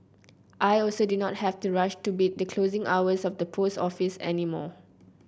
I also do not have to rush to beat the closing hours of the post office any more